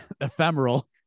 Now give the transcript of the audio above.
ephemeral